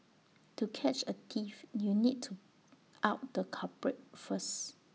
to catch A thief you need to out the culprit first